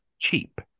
cheap